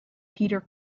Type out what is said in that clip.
peter